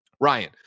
ryan